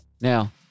Now